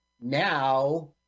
now